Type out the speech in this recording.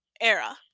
era